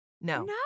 no